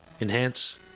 enhance